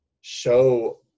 show